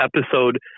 episode